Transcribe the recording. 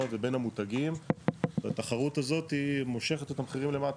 ובין המותגים והתחרות הזאת מושכת את המחירים למטה.